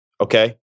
Okay